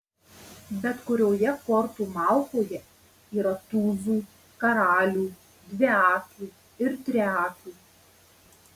bet kurioje kortų malkoje yra tūzų karalių dviakių ir triakių